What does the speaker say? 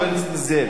חבר הכנסת נסים זאב.